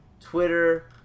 Twitter